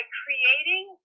creating